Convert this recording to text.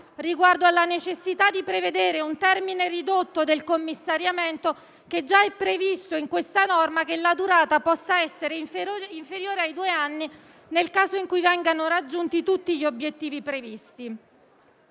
riferimento alle necessità di prevedere un termine ridotto del commissariamento, vorrei sottolineare che è già previsto nella norma che la durata possa essere inferiore ai due anni nel caso in cui vengano raggiunti tutti gli obiettivi previsti.